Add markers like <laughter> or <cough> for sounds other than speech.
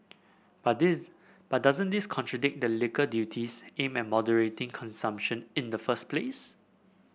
but <unintelligible> but doesn't this contradict the liquor duties aimed at moderating consumption in the first place